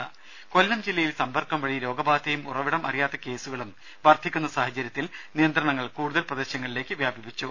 രുമ കൊല്ലം ജില്ലയിൽ സമ്പർക്കം വഴി രോഗബാധയും ഉറവിടം അറിയാത്ത കേസുകളും വർധിക്കുന്ന സാഹചര്യത്തിൽ നിയന്ത്രണങ്ങൾ കൂടുതൽ പ്രദേശങ്ങളിലേക്ക് വ്യാപിപ്പിച്ചു